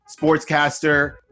sportscaster